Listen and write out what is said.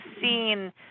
seen